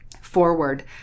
forward